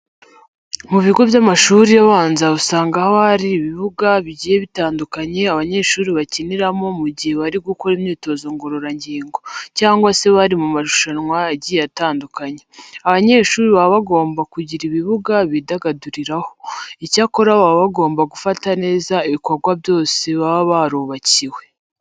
Mu bigo by'amashuri abanza usanga haba harimo ibibuga bigiye bitandukanye abanyeshuri bakiniramo mu gihe bari gukora imyitozo ngororangingo cyangwa se bari mu marushanwa agiye atandukanye. Abanyeshuri baba bagomba kugira ibibuga bidagaduriraho. Icyakora baba bagomba gufata neza ibikorwa byose baba barubakiwe.